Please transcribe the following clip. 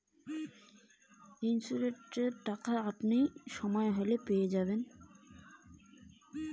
Insurance এর টাকা কেমন করি পাম?